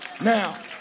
now